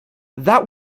that